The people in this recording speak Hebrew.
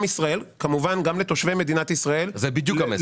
ישראל וכמובן גם לתושבי מדינת ישראל --- זה בדיוק המסר.